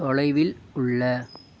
தொலைவில் உள்ள